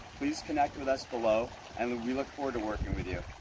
please connect with us below and we look forward to working with you.